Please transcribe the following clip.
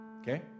okay